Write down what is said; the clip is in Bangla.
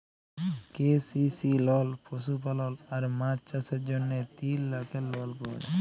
কে.সি.সি লল পশুপালল আর মাছ চাষের জ্যনহে তিল লাখের লল পাউয়া যায়